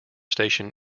station